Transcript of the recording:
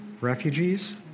refugees